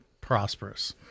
prosperous